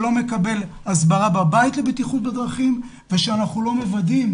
שלא מקבל הסברה בבית לבטיחות בדרכים ושאנחנו לא מוודאים,